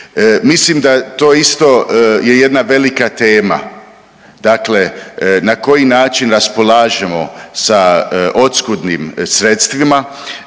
Mislim da to isto je jedna velika tema, dakle na koji način raspolažemo sa oskudnim sredstvima.